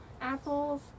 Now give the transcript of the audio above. apples